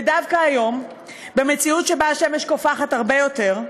ודווקא היום, במציאות שבה השמש קופחת הרבה יותר,